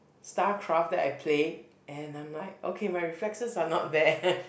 starcraft that I played and I'm like okay my reflexes are not bad